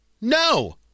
No